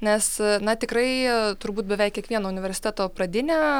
nes na tikrai jie turbūt beveik kiekvieno universiteto pradinė